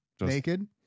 naked